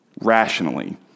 rationally